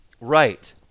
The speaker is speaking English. right